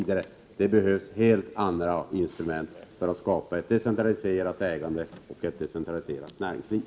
Det behövs helt andra instrument för att skapa ett decentraliserat ägande och ett decentraliserat näringsliv.